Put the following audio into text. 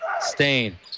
Stain